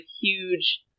huge